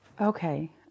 Okay